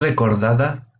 recordada